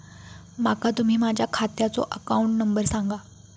माका तुम्ही माझ्या खात्याचो अकाउंट नंबर सांगा?